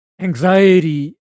Anxiety